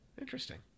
Interesting